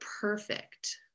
perfect